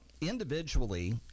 individually